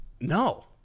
No